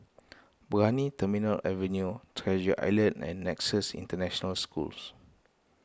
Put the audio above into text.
Brani Terminal Avenue Treasure Island and Nexus International Schools